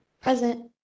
Present